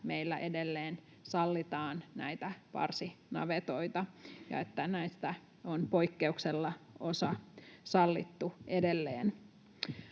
että meillä edelleen sallitaan näitä parsinavetoita ja että näistä on poikkeuksella osa sallittu edelleen.